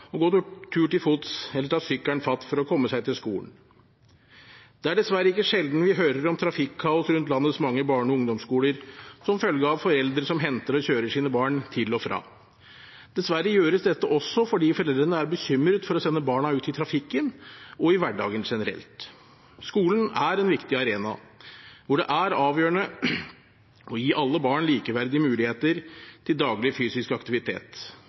gå tur til fots eller ta sykkelen fatt for å komme seg til skolen. Det er dessverre ikke sjelden vi hører om trafikkaos rundt landets mange barne- og ungdomsskoler som følge av at foreldre henter og kjører sine barn til og fra. Dessverre gjøres dette også fordi foreldrene er bekymret for å sende barna ut i trafikken og i hverdagen generelt. Skolen er en viktig arena, hvor det er avgjørende å gi alle barn likeverdige muligheter til daglig fysisk aktivitet,